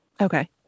Okay